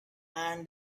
and